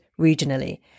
regionally